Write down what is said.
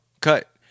cut